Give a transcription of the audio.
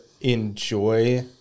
enjoy